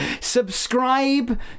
Subscribe